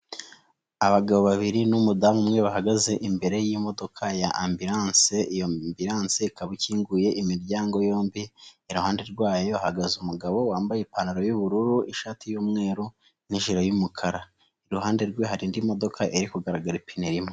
Abagabo babiri n'umudamu umwe bahagaze imbere y'imodoka ya Ambilanse, iyo Ambilanse ikaba ikinguye imiryango yombi, iruhande rwayo hahagaze umugabo wambaye ipantaro y'ubururu ishati y'umweru n'ipantaro y'umukara iruhande rwe hari indi modoka iri kugaragara ipine imwe.